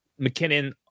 McKinnon